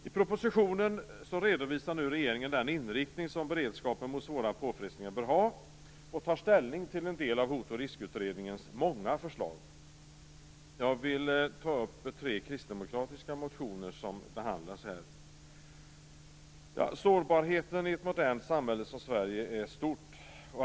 I propositionen redovisar regeringen nu den inriktning som beredskapen mot svåra påfrestningar bör ha och tar ställning till en del av Hot och riskutredningens många förslag. Jag vill ta upp de tre kristdemokratiska motioner som nu behandlas. Sårbarheten i ett modernt samhälle som Sverige är stor.